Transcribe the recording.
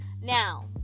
Now